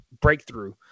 breakthrough